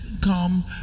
come